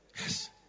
Yes